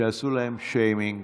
שעשו להם שיימינג